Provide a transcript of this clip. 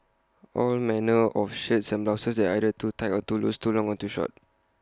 all manner of shirts and blouses that are either too tight or too loose too long or too short